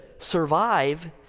survive